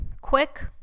quick